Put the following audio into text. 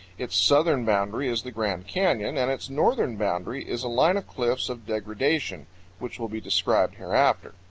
its southern boundary is the grand canyon, and its northern boundary is a line of cliffs of degradation, which will be described hereafter.